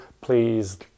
please